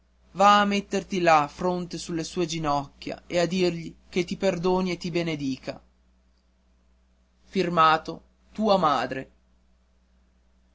va a metter la fronte sulle sue ginocchia e a dirgli che ti perdoni e ti benedica